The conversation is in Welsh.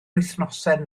wythnosau